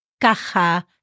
caja